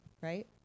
right